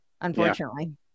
unfortunately